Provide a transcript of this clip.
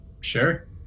Sure